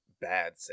bad